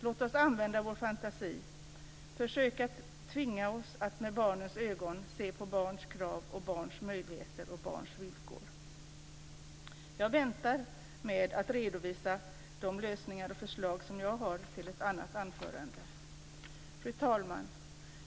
Låt oss använda vår fantasi och försöka att tvinga oss att med barnens ögon se på barnens krav, deras möjligheter och villkor. Jag väntar med att redovisa de lösningar och förslag som jag har i ett annat anförande. Fru talman!